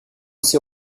ses